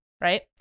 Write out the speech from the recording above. right